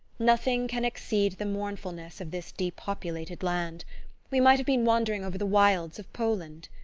nothing can exceed the mournfulness of this depopulated land we might have been wandering over the wilds of poland.